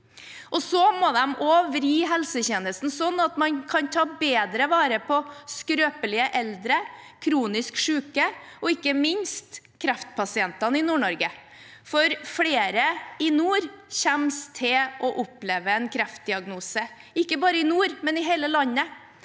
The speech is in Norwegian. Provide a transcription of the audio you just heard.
De må også vri helsetjenesten sånn at man kan ta bedre vare på skrøpelige eldre, kronisk syke og ikke minst kreftpasientene i Nord-Norge, for flere i nord kommer til å oppleve en kreftdiagnose – ikke bare i nord, men i hele landet.